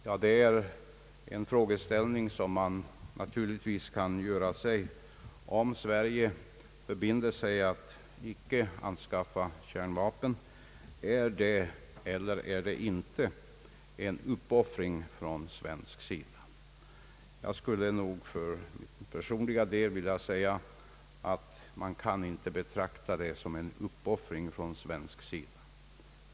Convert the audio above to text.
Man kan naturligtvis ställa den frågan: Om Sverige förbinder sig att icke anskaffa kärnvapen, är det då en uppoffring från svensk sida eller inte? Jag skulle nog för min personliga del vilja säga att man inte kan betrakta det som en uppoffring.